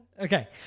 Okay